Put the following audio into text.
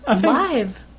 live